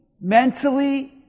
mentally